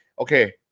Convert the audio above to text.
okay